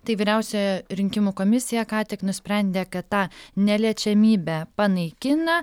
tai vyriausioji rinkimų komisija ką tik nusprendė kad tą neliečiamybę panaikina